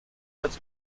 als